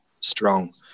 strong